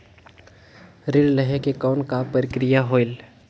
ऋण लहे के कौन का प्रक्रिया होयल?